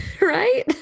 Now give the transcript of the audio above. Right